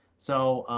so